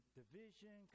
division